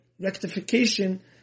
Rectification